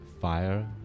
fire